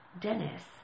Dennis